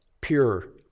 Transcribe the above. pure